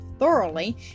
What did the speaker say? thoroughly